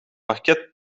parket